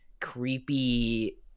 creepy